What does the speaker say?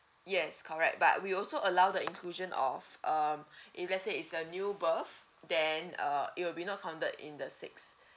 yes correct but we also allow the inclusion of um if let's say it's a new birth then uh it will be not counted in the six